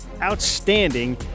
Outstanding